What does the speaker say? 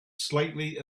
slightly